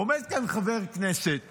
עומד כאן חבר כנסת